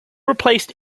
replaced